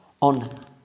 on